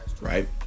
right